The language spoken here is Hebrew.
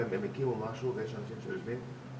המגזר הערבי שכמובן כלולים בהחלטה.